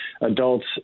adults